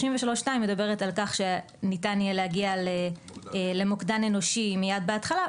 33(2) מדברת על כך שניתן יהיה להגיע למוקדן אנושי מיד בהתחלה,